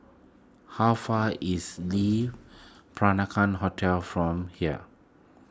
how far is Le Peranakan Hotel from here